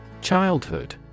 Childhood